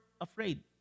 afraid